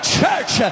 church